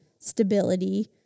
stability